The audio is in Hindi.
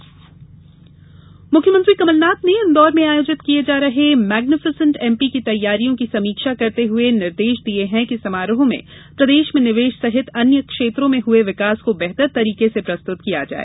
मुख्यमंत्री समीक्षा मुख्यमंत्री कमल नाथ ने इंदौर में आयोजित किये जा रहे मैग्नीफिसेंट एमपी की तैयारियों की समीक्षा करते हुए निर्देश दिए हैं कि समारोह में प्रदेश में निवेश सहित अन्य क्षेत्रों में हुए विकास को बेहतर तरीके से प्रस्तुत किया जाए